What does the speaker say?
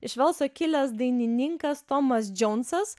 iš velso kilęs dainininkas tomas džounsas